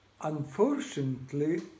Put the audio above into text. Unfortunately